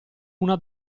una